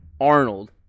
Arnold